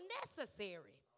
necessary